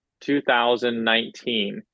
2019